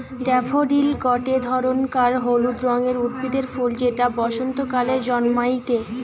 daffodil গটে ধরণকার হলুদ রঙের উদ্ভিদের ফুল যেটা বসন্তকালে জন্মাইটে